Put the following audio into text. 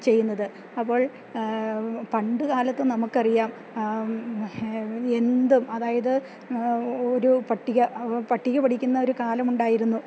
ചെയ്യുന്നത് അപ്പോൾ പണ്ട് കാലത്തും നമുക്കറിയാം എന്തും അതായത് ഒരു പട്ടിക പട്ടിക പഠിക്കുന്നൊരു കാലമുണ്ടായിരുന്നു